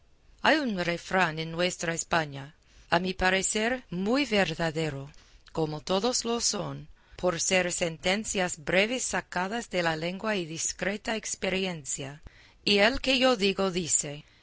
hay un refrán en nuestra españa a mi parecer muy verdadero como todos lo son por ser sentencias breves sacadas de la luenga y discreta experiencia y el que yo digo dice